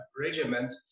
Regiment